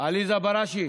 עליזה בראשי,